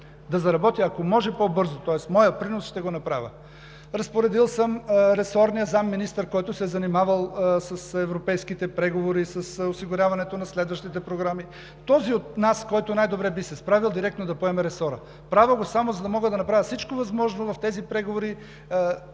да заработи, ако може, по-бързо. Тоест моя принос ще го дам. Разпоредил съм ресорният заместник-министър, който се е занимавал с европейските преговори, с осигуряването на следващите програми, този от нас, който най-добре би се справил, директно да поеме ресора. Правя го само за да мога да направя всичко възможно в тези преговори